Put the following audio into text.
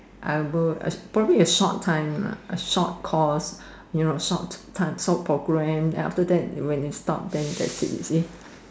I would probably a short time lah a short cause you know a short short program then after that when it stop then that's it you see